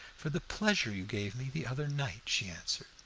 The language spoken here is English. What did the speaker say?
for the pleasure you gave me the other night, she answered.